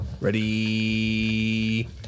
Ready